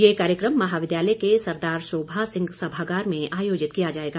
ये कार्यकम महाविद्यालय के सरदार शोभा सिंह सभागार में आयोजित किया जाएगा